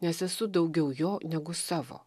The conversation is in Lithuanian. nes esu daugiau jo negu savo